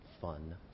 fun